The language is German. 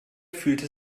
fühlte